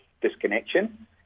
disconnection